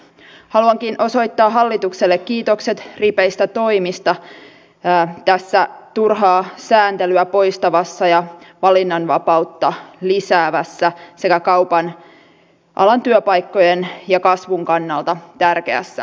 haluankin osoittaa hallitukselle kiitokset ripeistä toimista tässä turhaa sääntelyä poistavassa ja valinnanvapautta lisäävässä sekä kaupan alan työpaikkojen ja kasvun kannalta tärkeässä asiassa